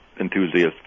enthusiasts